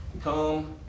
Come